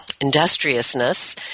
industriousness